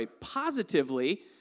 positively